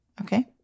Okay